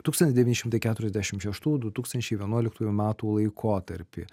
tūkstantis devyni šimtai keturiasdešimt šeštųjų du tūkstančiai vienuoliktųjų metų laikotarpį